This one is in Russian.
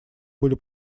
были